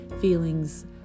feelings